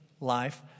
life